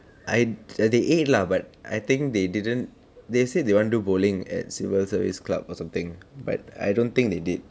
I err they ate lah but I think they didn't they said they want to do bowling at civil service club or something but I don't think they did